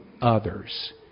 others